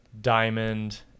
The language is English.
diamond